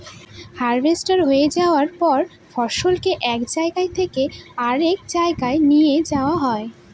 harvest হয়ে যায়ার পর ফসলকে এক জায়গা থেকে আরেক জাগায় নিয়ে যাওয়া হয়